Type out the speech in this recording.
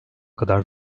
kadar